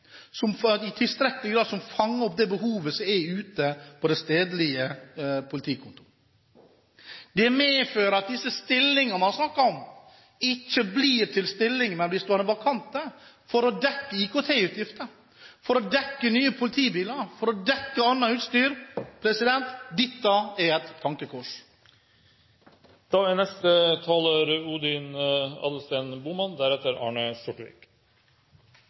som i tilstrekkelig grad fanger opp det behovet som er ute på de stedlige politikontor. Det medfører at disse stillingene man snakker om, ikke blir til stillinger, men de står vakante for å dekke IKT-utgifter, nye politibiler og annet utstyr. Dette er et tankekors.